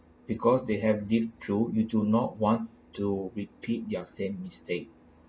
because they have live through you do not want to repeat their same mistake